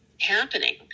happening